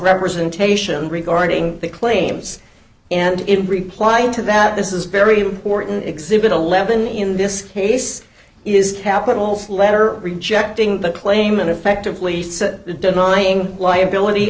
representation regarding the claims and in replying to that this is a very important exhibit eleven in this case is capitals letter rejecting the claimant effectively so that denying liability